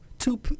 Two